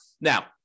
Now